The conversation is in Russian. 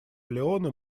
леоне